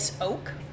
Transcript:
Oak